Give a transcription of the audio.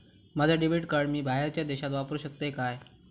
माझा debit card मी बाहेरच्या देशात वापरू शकतय काय?